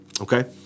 Okay